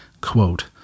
quote